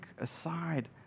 aside